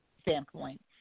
standpoint